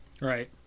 Right